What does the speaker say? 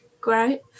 Great